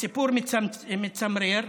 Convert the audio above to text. בסיפור מצמרר: